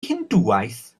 hindŵaeth